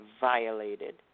violated